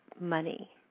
money